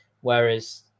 Whereas